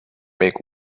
make